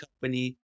company